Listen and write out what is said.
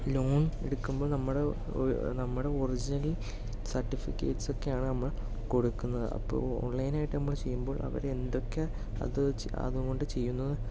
loan എടുക്കുമ്പോൾ നമ്മുടെ നമ്മുടെ ഒറിജിനലി സർട്ടിഫിക്കറ്റ്സൊക്കെയാണ് നമ്മൾ കൊടുക്കുന്നത് അപ്പോൾ ഓൺലൈനായിട്ട് നമ്മൾ ചെയ്യുമ്പോൾ അവർ എന്തൊക്കെ അത് അതുകൊണ്ട് ചെയ്യുന്നത്